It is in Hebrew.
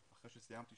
אחרי שסיימתי